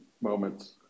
moments